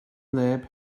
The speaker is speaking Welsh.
neb